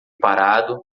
parado